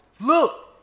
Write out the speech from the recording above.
Look